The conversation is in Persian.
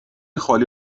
خالی